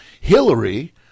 Hillary